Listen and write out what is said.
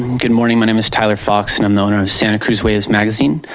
good morning, my name is tyler fox and and you know so and cruz waves magazine.